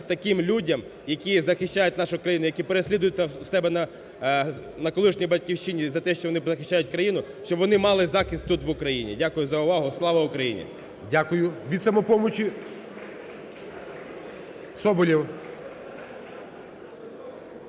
таким людям, які захищають нашу країну, які переслідуються у себе на колишній батьківщині за те, що вони захищають країну, щоб вони мали захист тут в Україні. Дякую за увагу. Слава Україні! ГОЛОВУЮЧИЙ. Дякую. Від "Самопомочі" – Соболєв.